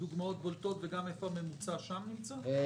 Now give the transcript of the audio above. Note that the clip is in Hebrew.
דוגמאות בולטות, וגם איפה הממוצע שם נמצא?